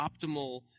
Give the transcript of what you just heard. optimal